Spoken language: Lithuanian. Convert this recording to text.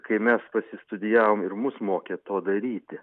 kai mes pasistudijavom ir mus mokė to daryti